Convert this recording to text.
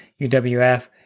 UWF